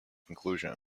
conclusion